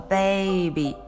baby